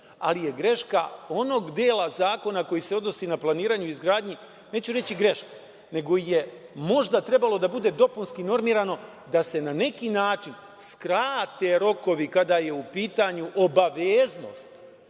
ali je greška onog dela zakona koji se odnosi na planiranje i izgradnju. Neću reći greška, nego je možda trebalo da bude dopunski normirano da se na neki način skrate rokovi kada je u pitanju obaveznost